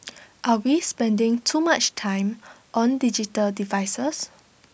are we spending too much time on digital devices